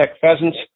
pheasants